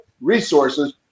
resources